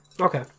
Okay